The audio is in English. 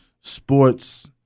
sports